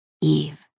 Eve